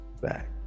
back